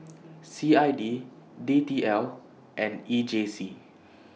C I D D T L and E J C